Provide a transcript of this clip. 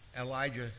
Elijah